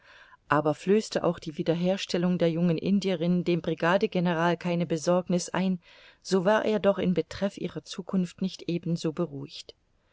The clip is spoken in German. aber flößte auch die wiederherstellung der jungen indierin dem brigadegeneral keine besorgniß ein so war er doch in betreff ihrer zukunft nicht eben so beruhigt